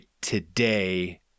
today